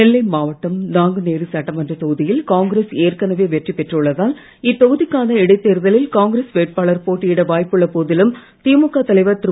நெல்லை மாவட்டம் நாங்குனேரி சட்டமன்றத் தொகுதியில் காங்கிரஸ் ஏற்களவே வெற்றி பெற்றுள்ளதால் இத்தொகுதிக்கான இடைத் தேர்தலில் காங்கிரஸ் வேட்பாளர் போட்டியிட வாய்ப்புள்ள போதிலும் திமுக தலைவர் திரு